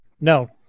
No